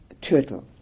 turtle